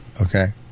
okay